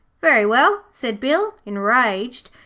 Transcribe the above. very well said bill, enraged,